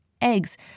eggs